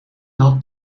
had